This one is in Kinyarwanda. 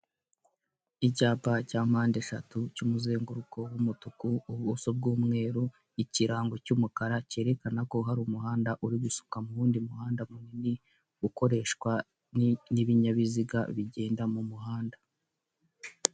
Icyapa cya mpandeshatu, cy' umuzenguruko w' umutuku, ubuso bw' umweru, ikirango cy' umukara, kerekanako hari umuhanda uri gusuka muwundi muhanda mumunini ukoreshwa n' i binyabiziga bigenda mumuhanda.